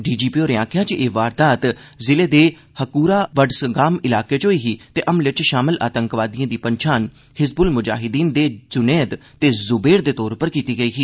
DGP होरें आक्खेआ जे एह् बारदात ज़िले दे हकूरा बडसगाम ईलाकें च होई ही ते हमले च षामल आतंकवादियें दी पंछान हिजबुल मुजाहिद्दीन दे जुनेद ते जुबेर दे तौर उप्पर कीती गेई ऐ